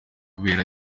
kubera